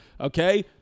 Okay